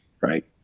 right